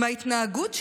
אבל עם ההתנהגות שלכם,